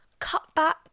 cutback